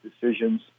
decisions